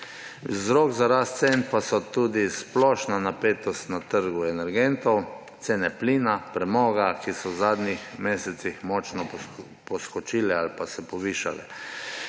Vzroki za rast cen pa so tudi splošna napetost na trgu energentov, cene plina, premoga, ki so v zadnjih mesecih močno poskočile ali pa se povišale,